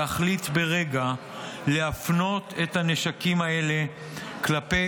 ברגע אחד להחליט להפנות את הנשקים האלה כלפי